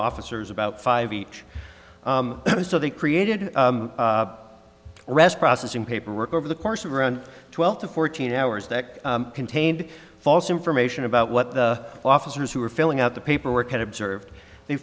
officers about five each so they created arrest processing paperwork over the course of around twelve to fourteen hours that contained false information about what the officers who were filling out the paperwork had observed they